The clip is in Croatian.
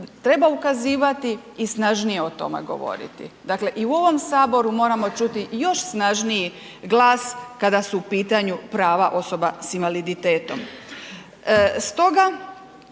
treba ukazivati i snažnije o tome govoriti. Dakle i u ovom Saboru moramo čuti još snažniji glas kada su u pitanju prava osoba sa invaliditetom.